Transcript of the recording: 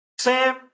Sam